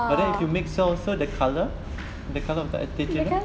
but then if you make salsa the colour the colour of the attitude eh